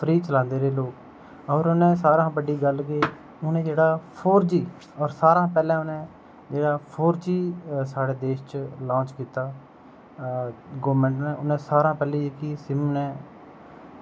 free चलांदे रेह् लोग होर उ'नें सारें कशा बड्डी गल्ल केह् उ'नें जेह्ड़ा फोर जी अ सारें कशा पैह्लें उ'नें जेह्ड़ा फोर जी साढ़े देश च लांच कीता गौरमेंट उ'नें सारें कशा जेह्की सिम उ'नें